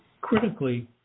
critically